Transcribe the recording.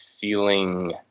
feeling